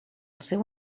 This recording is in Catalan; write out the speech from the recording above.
seu